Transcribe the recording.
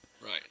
Right